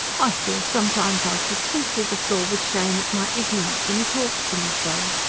i feel sometimes i could sink through the floor with shame at my ignorance, when e talks to me so.